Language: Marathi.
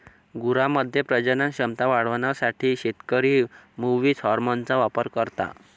गुरांमध्ये प्रजनन क्षमता वाढवण्यासाठी शेतकरी मुवीस हार्मोनचा वापर करता